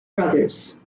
brothers